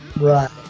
Right